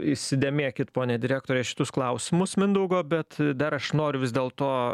įsidėmėkit ponia direktore šitus klausimus mindaugo bet dar aš noriu vis dėlto